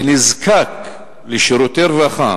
נזקק לשירותי רווחה